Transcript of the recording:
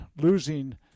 losing